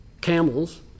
Camels